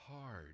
hard